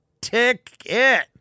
ticket